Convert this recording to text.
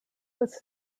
was